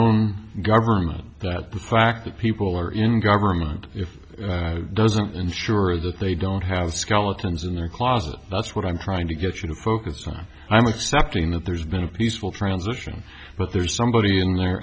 fact that people are in government if it doesn't ensure that they don't have skeletons in their closet that's what i'm trying to get you to focus on i'm accepting that there's been a peaceful transition but there's somebody in there